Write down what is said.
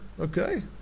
Okay